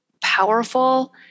powerful